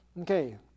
Okay